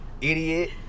idiot